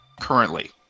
Currently